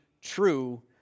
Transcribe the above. true